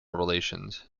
relations